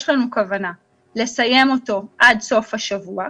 לנו כוונה לסיים אותו עד סוף השבוע.